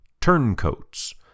Turncoats